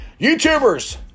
YouTubers